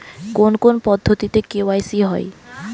কোন কোন পদ্ধতিতে কে.ওয়াই.সি হয়?